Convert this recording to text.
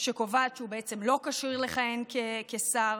שקובעת שהוא לא כשיר לכהן כשר,